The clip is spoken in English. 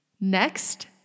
Next